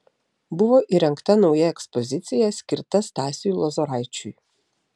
buvo įrengta nauja ekspozicija skirta stasiui lozoraičiui